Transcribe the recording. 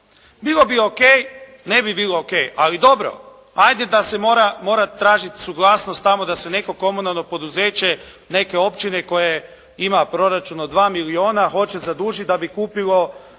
Bilo bi O.k., ne bi bilo O.k., ali dobro, 'ajde da se mora tražiti suglasnost tamo da se neko komunalno poduzeće neke općine koja ima proračun od 2 milijuna hoće zadužiti da bi kupilo